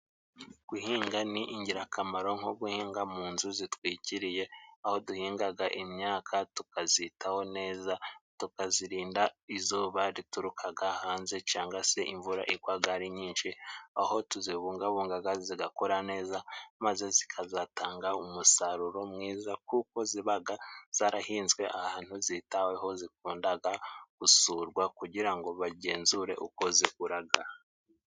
Guhinga ni ingirakamaro，nko guhinga mu nzu zitwikiriye， aho duhingaga imyaka，tukazitaho neza， tukazirinda izuba riturukaga hanze， cangwa se imvura igwaga ari nyinshi，aho tuzibungabunga zigakura neza， maze zikazatanga umusaruro mwiza， kuko zibaga zarahinzwe ahantu zitaweho，zikundaga gusurwa kugira ngo bagenzure ukoze zikuraga.